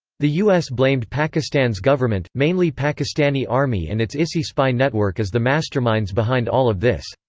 the u s. blamed pakistan's government, mainly pakistani army and its isi spy network as the masterminds behind all of this.